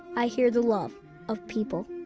i hear the love of people